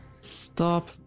stop